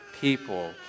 people